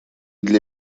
для